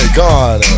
god